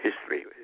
history